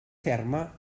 ferma